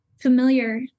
familiar